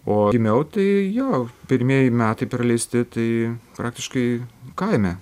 o gimiau tai jo pirmieji metai praleisti tai praktiškai kaime